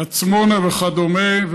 עצמונה וכדומה.